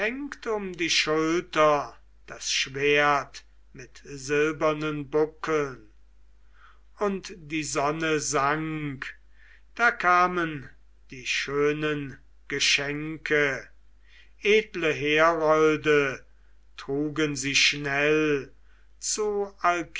um die schulter das schwert mit silbernen buckeln und die sonne sank da kamen die schönen geschenke edle herolde trugen sie schnell zu